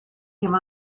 him